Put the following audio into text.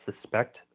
suspect